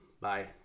Bye